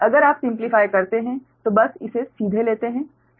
अगर आप सिम्प्लीफाई करते है तो बस इसे सीधे लेते हैं